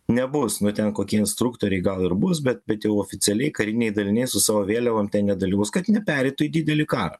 nebus nu ten kokie instruktoriai gal ir bus bet bet jau oficialiai kariniai daliniai su savo vėliavom tai nedalyvaus kad nepereitų į didelį karą